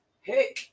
hey